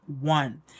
one